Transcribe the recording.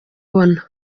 ubona